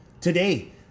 Today